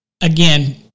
again